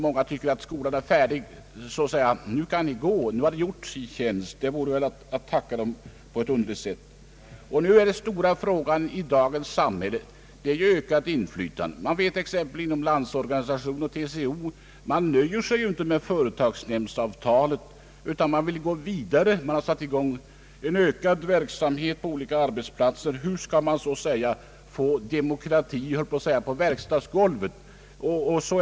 Många tycker att skolan är färdig, men det vore ett underligt sätt att tacka lärarna om vi nu skulle säga att de i fråga om fackrepresentationen har gjort sin tjänst och kan gå. Den stora frågan i dagens samhälle är ökat inflytande. Vi vet ju att man inom LO och TCO inte nöjer sig med företagsnämndsavtalet utan vill gå vidare; en omfattande verksamhet har satts i gång på olika arbetsplatser för att åstadkomma »demokrati på verkstadsgolvet».